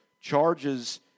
charges